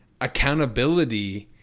accountability –